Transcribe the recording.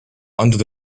antud